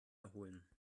erholen